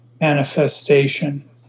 manifestation